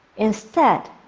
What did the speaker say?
instead,